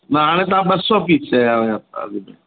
न हाणे तव्हां ॿ सौ पीस चया हुया अॻिते